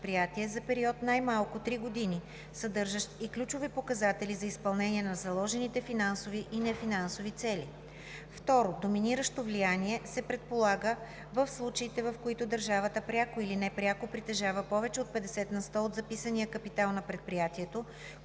за период най-малко три години, съдържащ и ключови показатели за изпълнение на заложените финансови и нефинансови цели. 2. „Доминиращо влияние“ се предполага в случаите, в които държавата пряко или непряко притежава повече от 50 на сто от записания капитал на предприятието,